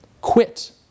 quit